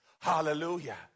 Hallelujah